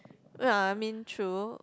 uh I mean true